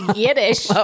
yiddish